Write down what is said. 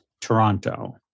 Toronto